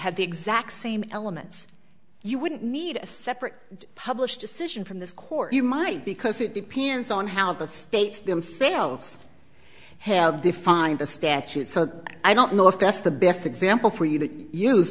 had the exact same elements you wouldn't need a separate published decision from this court you might because it depends on how the states themselves have defined the statute so i don't know if that's the best example for you to use